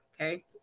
Okay